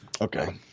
Okay